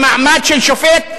במעמד של שופט,